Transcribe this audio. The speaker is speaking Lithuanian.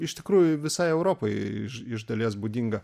iš tikrųjų visai europai iš iš dalies būdinga